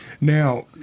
Now